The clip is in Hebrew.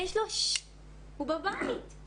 הוא בבית.